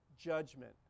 judgment